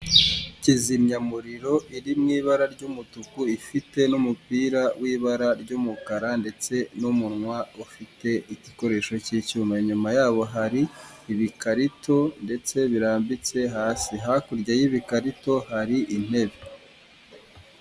Kizimyamuriro iri mu ibara ry'umutuku ifite n'umupira w'ibara ry'umukara ndetse n'umunwa ufite igikoresho k'icyuma, inyuma yaho hari ibikarito ndetse birambitse hasi ha kurya y'ibikarito hari intebe.